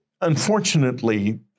unfortunately